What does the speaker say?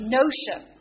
notion